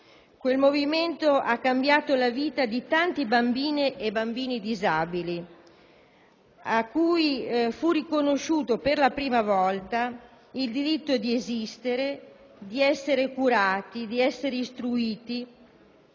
Quel movimento ha cambiato la vita di tante bambine e bambini disabili, ai quali per la prima volta fu riconosciuto il diritto di esistere, di essere curati, di essere istruiti,